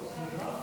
תודה רבה.